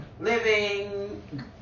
living